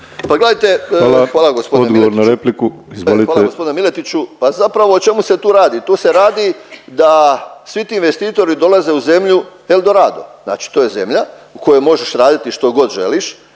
Miletu. E hvala gospodine Miletiću, pa zapravo o čemu se tu radi. Tu se radi da svi ti investitori dolaze u zemlju eldorado. Znači to je zemlja u kojoj možeš raditi što god želiš